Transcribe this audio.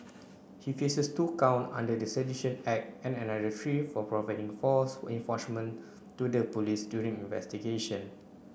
he faces two count under the Sedition Act and another three for providing false to the police during investigation